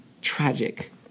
tragic